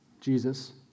Jesus